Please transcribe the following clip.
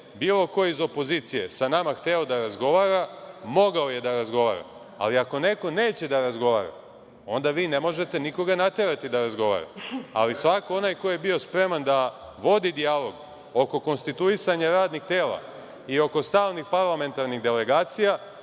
bilo ko iz opozicije sa nama hteo da razgovara, mogao je da razgovara, ali ako neko neće da razgovara onda vi ne možete nikoga naterati da razgovara. Ali svako onaj ko je bio spreman da vodi dijalog oko konstituisanja radnih tela i oko stalnih parlamentarnih delegacija,